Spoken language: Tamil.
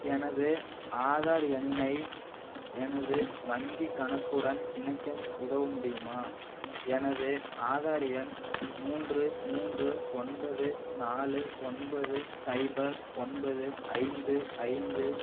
எனது ஆதார் எண்ணை எனது வங்கிக் கணக்குடன் இணைக்க உதவ முடியுமா எனது ஆதார் எண் மூன்று மூன்று ஒன்பது நாலு ஒன்பது சைபர் ஒன்பது ஐந்து ஐந்து